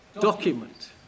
document